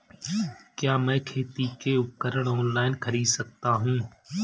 क्या मैं खेती के उपकरण ऑनलाइन खरीद सकता हूँ?